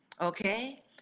okay